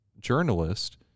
journalist